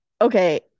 okay